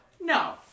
no